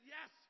Yes